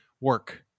work